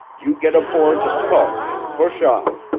you get aboard the tug and push off.